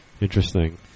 Interesting